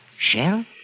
Shell